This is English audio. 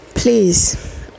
please